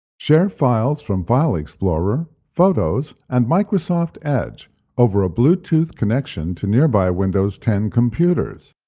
share files from file explorer, photos, and microsoft edge over a bluetooth connection to nearby windows ten computers.